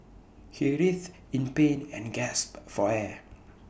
he writhed in pain and gasped for air